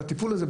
בטיפול הזה,